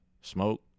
smoke